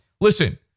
listen